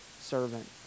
servant